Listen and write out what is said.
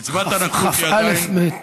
כ"א.